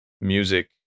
music